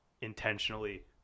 intentionally